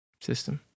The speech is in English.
system